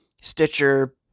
Stitcher